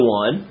one